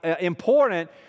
important